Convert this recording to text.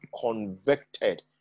convicted